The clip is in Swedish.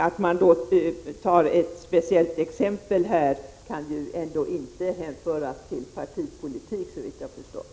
Att man för fram ett speciellt exempel kan ändå inte hänföras till partipolitik, såvitt jag förstår.